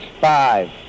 Five